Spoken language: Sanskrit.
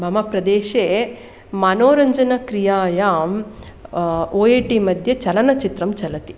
मम प्रदेशे मनोरञ्जनक्रियायां ओयेटि मध्ये चलनचित्रं चलति